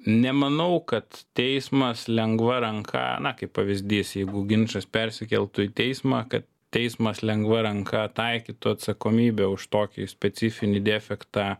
nemanau kad teismas lengva ranka na kaip pavyzdys jeigu ginčas persikeltų į teismą kad teismas lengva ranka taikytų atsakomybę už tokį specifinį defektą